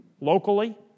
locally